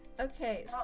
Okay